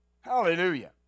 Hallelujah